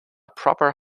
proper